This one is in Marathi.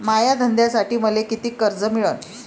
माया धंद्यासाठी मले कितीक कर्ज मिळनं?